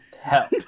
hell